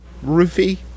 Rufy